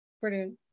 brilliant